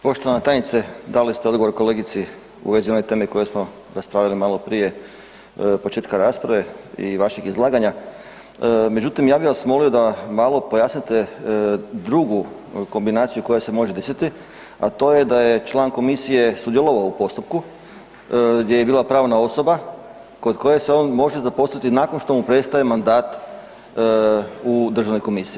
Poštovane tajnice, dali ste odgovor kolegici u vezi one teme koje smo raspravljali maloprije od početka rasprave i vašeg izlaganja, međutim ja bi vas molio da malo pojasnite drugu kombinaciju koja se može desiti a to je član komisije sudjelovao u postupku gdje je bila pravna osoba kod koje se on može zaposliti nakon što mu prestaje mandat u Državnoj komisiji.